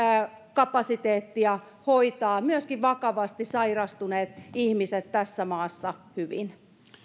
kapasiteettia hoitaa myöskin vakavasti sairastuneet ihmiset tässä maassa hyvin